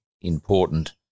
important